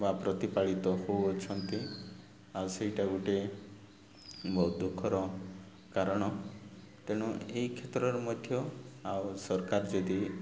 ବା ପ୍ରତିପାଳିତ ହେଉଅଛନ୍ତି ଆଉ ସେଇଟା ଗୋଟେ ବହୁତ ଦୁଃଖର କାରଣ ତେଣୁ ଏଇ କ୍ଷେତ୍ରରେ ମଧ୍ୟ ଆଉ ସରକାର ଯଦି